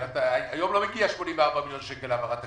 והיום לא יגיעו 84 מיליון שקלים בהעברה תקציבית.